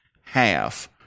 half